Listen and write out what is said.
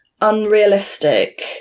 unrealistic